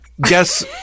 guess